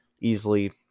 easily